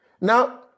Now